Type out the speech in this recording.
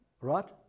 Right